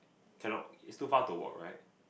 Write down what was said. cannot is too far to walk right